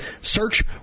Search